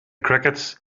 crickets